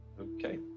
okay